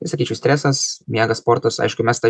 tai sakyčiau stresas miegas sportas aišku mes tą